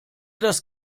das